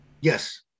yes